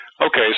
Okay